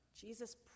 Jesus